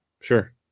Sure